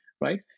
right